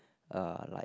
uh like